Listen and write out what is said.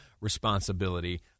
responsibility